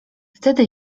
wtedy